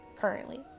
currently